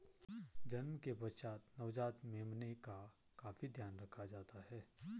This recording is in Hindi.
जन्म के पश्चात नवजात मेमने का काफी ध्यान रखा जाता है